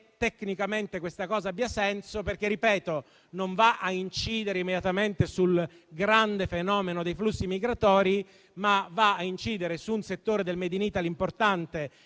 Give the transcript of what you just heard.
tecnicamente questa cosa abbia senso, perché - ripeto - non va a incidere immediatamente sul grande fenomeno dei flussi migratori, ma va ad incidere su un settore del *made in Italy* importante,